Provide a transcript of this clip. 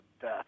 death